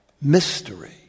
mystery